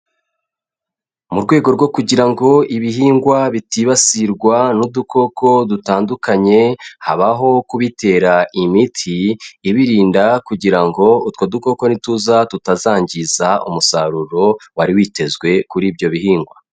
Mu rwego rwo kugira ngo ibihingwa bitibasirwa n'udukoko dutandukanye, habaho kubitera imiti ibirinda kugira ngo utwo dukoko ni tuza tutazangiza umusaruro wari witezwe kuri ibyo bihingwa.